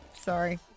Sorry